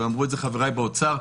ואמרו את זה חבריי באוצר,